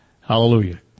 Hallelujah